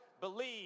believe